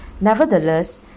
Nevertheless